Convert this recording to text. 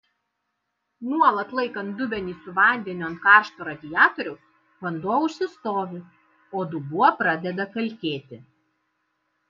nuolat laikant dubenį su vandeniu ant karšto radiatoriaus vanduo užsistovi o dubuo pradeda kalkėti